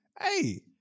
hey